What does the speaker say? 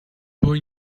boy